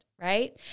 right